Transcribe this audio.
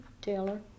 Taylor